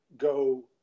go